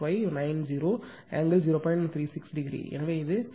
36° இங்கே அது